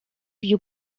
you